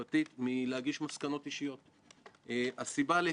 אלא גם שבסוף לוועדת חקירה פרלמנטרית אין